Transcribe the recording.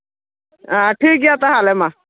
ᱴᱷᱤᱠ ᱜᱮᱭᱟ ᱛᱟᱦᱚᱞᱮ ᱢᱟ